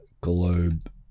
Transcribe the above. Globe